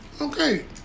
Okay